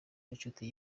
n’inshuti